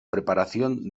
preparación